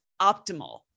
optimal